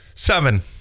Seven